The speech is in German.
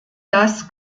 das